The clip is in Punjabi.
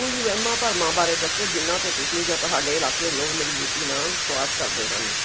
ਕੁਝ ਵਹਿਮਾਂ ਭਰਮਾਂ ਬਾਰੇ ਦੱਸੋ ਜਿਹਨਾਂ ਦੇ ਤੁਸੀਂ ਜਾਂ ਤੁਹਾਡੇ ਇਲਾਕੇ ਲੋਕ ਮਜਬੂਤੀ ਨਾਮ ਵਿਸ਼ਵਾਸ਼ ਕਰਦੇ ਹਨ